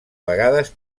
vegades